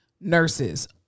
nurses